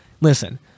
listen